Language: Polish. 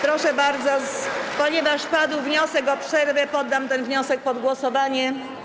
Proszę bardzo, ponieważ padł wniosek o przerwę, poddam ten wniosek pod głosowanie.